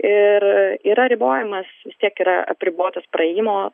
ir yra ribojimas vis tiek yra apribotas praėjimo